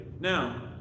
Now